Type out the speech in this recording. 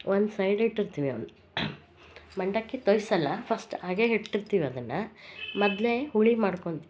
ಒಂದು ಸೈಡ್ ಇಟ್ಟಿರ್ತೀವಿ ಅವ್ನ ಮಂಡಕ್ಕಿ ತಳ್ನಲ್ಲ ಫಸ್ಟ್ ಹಾಗೇ ಇಟ್ಟಿರ್ತೀವಿ ಅದನ್ನ ಮೊದಲೇ ಹುಳಿ ಮಾಡ್ಕೊಳ್ತೀವಿ